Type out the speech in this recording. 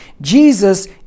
Jesus